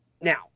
Now